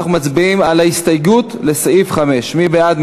אנחנו מצביעים על ההסתייגות לסעיף 5. מי בעד?